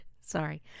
Sorry